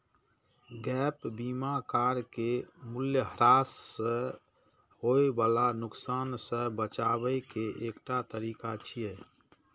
gap बीमा car के मूल्यह्रास सं होय बला नुकसान सं बचाबै के एकटा तरीका छियै